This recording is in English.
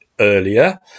earlier